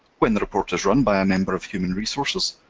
when the report is run by a member of human resources,